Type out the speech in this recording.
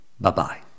Bye-bye